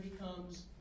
becomes